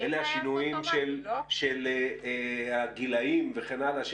אלה השינויים של הגילים וכן האלה,